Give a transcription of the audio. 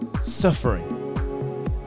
suffering